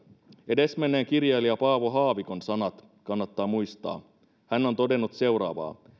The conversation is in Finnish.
edesmenneen kirjailija paavo haavikon sanat kannattaa muistaa hän on todennut seuraavaa